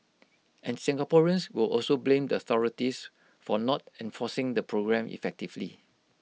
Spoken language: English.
and Singaporeans will also blame the authorities for not enforcing the programme effectively